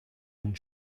une